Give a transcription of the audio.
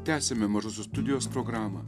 tęsiame mažosios studijos programą